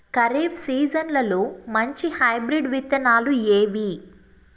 ఖరీఫ్ సీజన్లలో మంచి హైబ్రిడ్ విత్తనాలు ఏవి